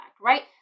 right